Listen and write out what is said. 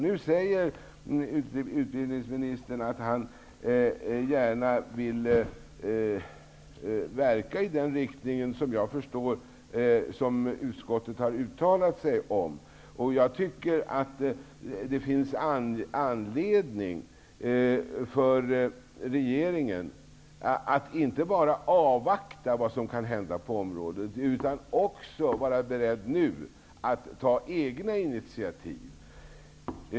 Nu sade utbildningsministern att han gärna vill verka i den riktning som utskottet har uttalat sig för. Jag tycker också att det finns anledning för regeringen att inte bara avvakta vad som kan hända på området utan även ta egna initiativ.